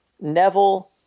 Neville